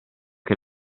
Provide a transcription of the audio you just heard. che